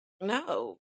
no